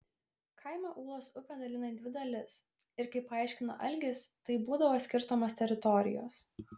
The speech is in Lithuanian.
kaimą ūlos upė dalina į dvi dalis ir kaip paaiškina algis taip būdavo skirstomos teritorijos